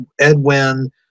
Edwin